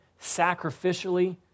sacrificially